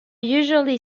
usually